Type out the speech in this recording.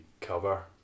cover